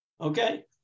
Okay